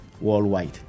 Worldwide